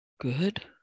good